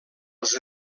als